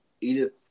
Edith